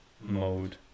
mode